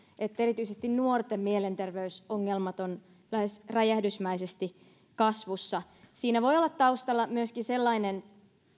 että erityisesti nuorten mielenterveysongelmat ovat lähes räjähdysmäisesti kasvussa siinä voi olla taustalla myöskin sellainen